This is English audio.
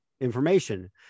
information